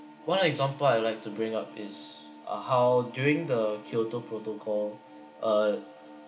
one example I'd like to bring up is uh how during the kyoto protocol uh